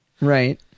right